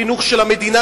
חינוך של המדינה,